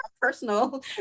personal